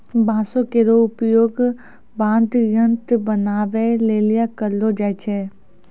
बांसो केरो प्रयोग वाद्य यंत्र बनाबए लेलि करलो जाय छै